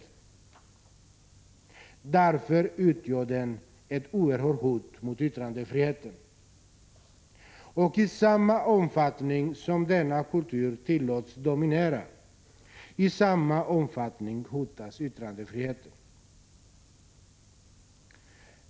Därför utgör den ett oerhört hot mot yttrandefriheten. I samma omfattning som denna kultur tillåts dominera, i samma omfattning hotas yttrandefriheten.